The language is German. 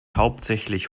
hauptsächlich